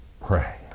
Pray